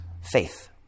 faith